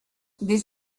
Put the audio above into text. des